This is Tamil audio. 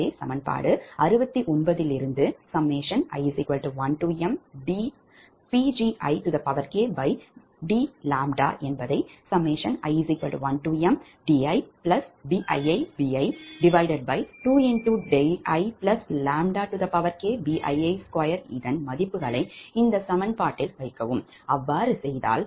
எனவே சமன்பாடு 69 இலிருந்துi1mdPgikdi1mdiBiibi2diʎkBii2 இதன் மதிப்புகளை இந்த சமன்பாட்டில் வைக்கவும் அவ்வாறு செய்தால்